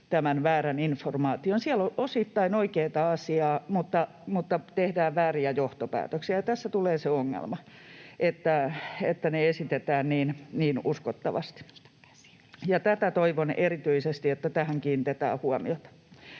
tämän väärän informaation suhteen. Siellä on osittain oikeaa asiaa, mutta tehdään vääriä johtopäätöksiä, ja tässä tulee se ongelma, että ne esitetään niin uskottavasti. Toivon erityisesti, että tähän kiinnitetään huomiota.